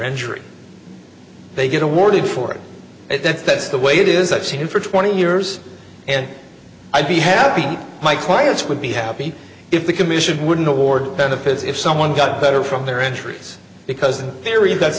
injury they get awarded for it that's the way it is i've seen for twenty years and i'd be happy my clients would be happy if the commission wouldn't award benefits if someone got better from their injuries because in theory that's